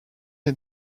est